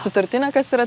sutartinė kas yra